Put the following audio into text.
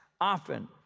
often